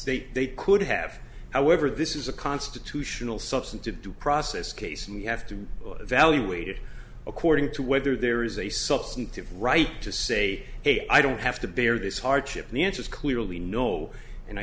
state they could have however this is a constitutional substantive due process case and you have to evaluate it according to whether there is a substantive right to say hey i don't have to bear this hardship the answer is clearly no and i